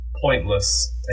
pointless